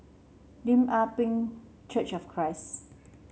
Lim Ah Pin Church of Christ